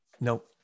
Nope